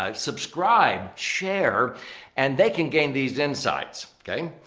um subscribe, share and they can gain these insights, okay?